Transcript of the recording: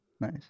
Nice